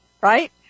right